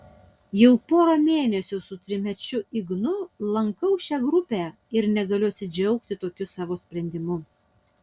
jau porą mėnesių su trimečiu ignu lankau šią grupę ir negaliu atsidžiaugti tokiu savo sprendimu